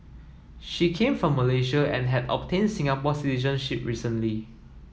she came from Malaysia and had obtained Singapore ship recently